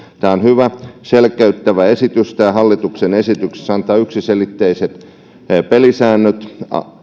tämä on hyvä selkeyttävä esitys tässä hallituksen esityksessä annetaan yksiselitteiset pelisäännöt